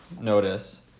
notice